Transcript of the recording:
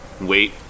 Wait